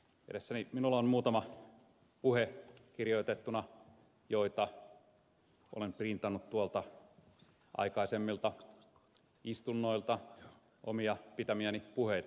edessäni minulla on kirjoitettuna muutama puhe jotka olen printannut aikaisemmista istunnoista omia pitämiäni puheita